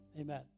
Amen